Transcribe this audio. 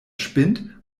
spinnt